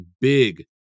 big